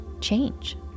change